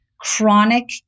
chronic